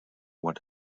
what